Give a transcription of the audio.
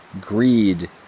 greed